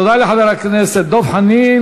תודה לחבר הכנסת דב חנין.